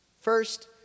First